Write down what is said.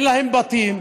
אין להם בתים,